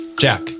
Jack